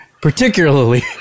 particularly